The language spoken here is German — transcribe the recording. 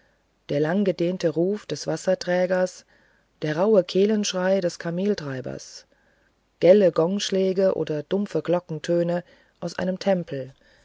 der langgedehnte ruf des wasserträgers der rauhe kehlenschrei des kameltreibers gelle gongschläge oder dumpfe glockentöne aus einem tempel